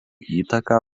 įtaką